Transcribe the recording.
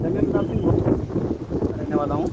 धन्य प्रताप सिंह बोल रहा हूँ यही लखनऊ का रहने वाला हूँ